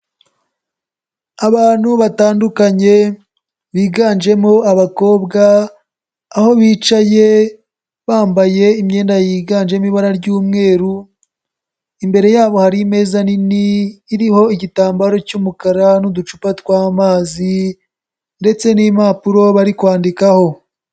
Abantu batandukanye biganjemo abakobwa, aho bicaye bambaye imyenda yiganjemo ibara ry'umweru, imbere yabo hari imeza nini iriho igitambaro cy'umukara n'uducupa tw'amazi ndetse n'impapuro bari kwandikaho.